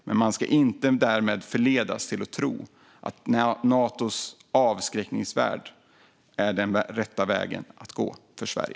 Men man ska inte därmed förledas till att tro att Natos avskräckningsvärld är den rätta vägen att gå för Sverige.